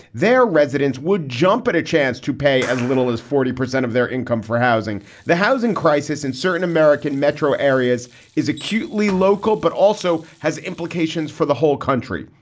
their residents would jump at a chance to pay as little as forty percent of their income for housing. the housing crisis in certain american metro areas is acutely local, but also has implications for the whole country.